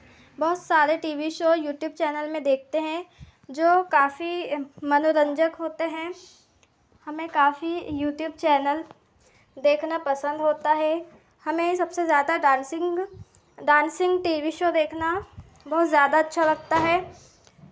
बहुत सारे T V show YouTube channel में देखते हैं जो काफ़ी मनोरंजक होते हैं हमें काफ़ी यूट्यूब चैनल देखना पसंद होता है हमें सबसे ज़्यादा dancing dancing T V show देखना बहुत ज़्यादा अच्छा लगता है